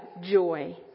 joy